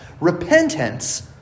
Repentance